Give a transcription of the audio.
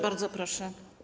Bardzo proszę.